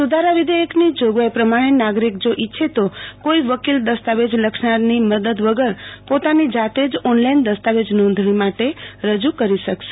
સુધારાવિધેયકની જોગવાઈ પ્રમાણે નાગરિક જો ઇચ્છે તો કોઇ વકીલ દસ્તાવેજ લખનારની મદદ વગરપોતાની જાતે જ ઓનલાઇન દસ્તાવેજ નોંધણી માટે રજ્ન કરી શકશે